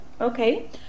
okay